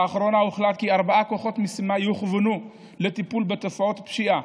לאחרונה הוחלט כי ארבעה כוחות משימה יוכוונו לטיפול בתופעות פשיעה,